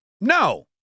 No